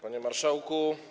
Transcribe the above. Panie Marszałku!